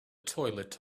toilet